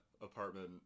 apartment